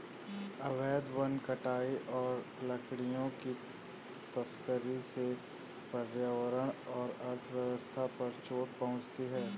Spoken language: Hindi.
अवैध वन कटाई और लकड़ियों की तस्करी से पर्यावरण और अर्थव्यवस्था पर चोट पहुँचती है